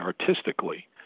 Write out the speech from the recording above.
artistically